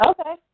Okay